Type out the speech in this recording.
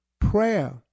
Prayer